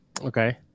Okay